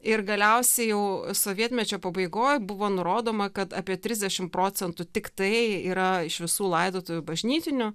ir galiausiai jau sovietmečio pabaigoj buvo nurodoma kad apie trisdešim procentų tiktai yra iš visų laidotuvių bažnytinių